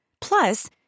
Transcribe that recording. Plus